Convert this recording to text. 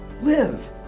Live